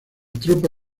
tropa